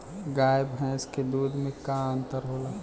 गाय भैंस के दूध में का अन्तर होला?